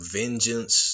vengeance